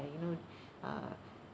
you know uh